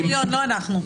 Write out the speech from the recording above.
לא אנחנו.